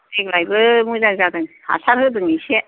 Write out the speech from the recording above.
देग्लायबो मोजां जादों हासार होदों एसे